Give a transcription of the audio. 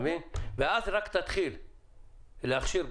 דיברו על זה אבל יש עוד המון נקודות שרשות הגז בעצמה מכניסה לפתרון